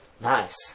Nice